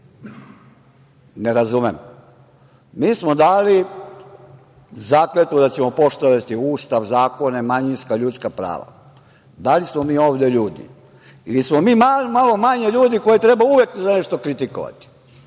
Ne razumem. Mi smo dali zakletvu da ćemo poštovati Ustav, zakone, manjinska i ljudska prava. Da li smo mi ovde ljudi? Ili smo mi malo manje ljudi koje treba uvek za nešto kritikovati?